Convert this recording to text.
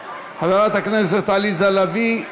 חברת הכנסת עליזה לביא,